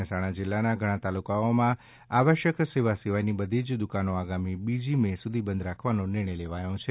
મહેસાણા જિલ્લાના ઘણા તાલુકાઓમાં આવશ્યક સેવા સિવાયની બધી જ દુકાનો આગામી બીજી મે સુધી બંધ રાખવાનો નિર્ણય લેવાયો છે